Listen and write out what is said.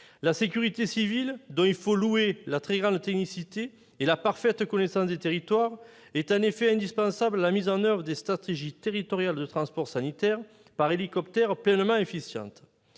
La sécurité civile, dont il faut louer la très grande technicité et la parfaite connaissance des territoires, est en effet indispensable à la mise en oeuvre de stratégies territoriales de transport sanitaire par hélicoptère pleinement efficientes.